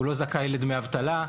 הוא לא זכאי לדמי אבטלה.